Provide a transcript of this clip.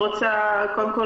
כפי שעשית,